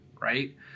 right